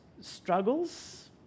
struggles